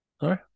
Sorry